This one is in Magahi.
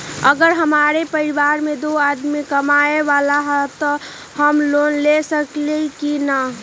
अगर हमरा परिवार में दो आदमी कमाये वाला है त हम लोन ले सकेली की न?